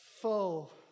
Full